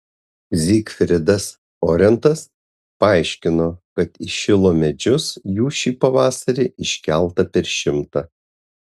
zygfridas orentas paaiškino kad į šilo medžius jų šį pavasarį iškelta per šimtą